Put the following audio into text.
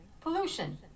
pollution